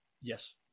Yes